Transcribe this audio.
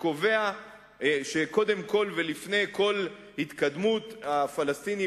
שקובע שקודם כול ולפני כל התקדמות הפלסטינים